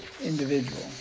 individual